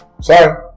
Sorry